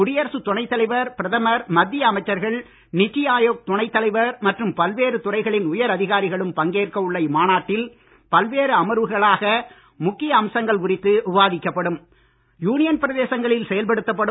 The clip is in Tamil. குடியரசு துணைத் தலைவர் பிரதமர் மத்திய அமைச்சர்கள் நீத்தி ஆயோக் துணைத் தலைவர் மற்றும் பல்வேறு துறைகளின் உயர் அதிகாரிகளும் பங்கேற்க உள்ள இம்மாநாட்டில் பல்வேறு அமர்வுகளாக முக்கிய அம்சங்கள் குறித்து விவாதிக்கப்படும்